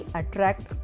attract